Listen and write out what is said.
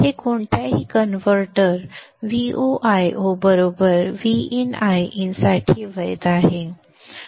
हे कोणत्याही converter VoIo Vin Iin साठी वैध आहे